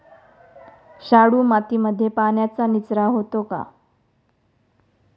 शाडू मातीमध्ये पाण्याचा निचरा होतो का?